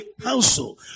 council